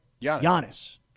Giannis